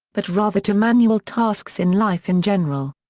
but rather to manual tasks in life in general.